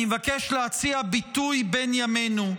אני מבקש להציע ביטוי בן-ימינו: